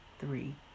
three